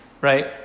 right